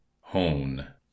Hone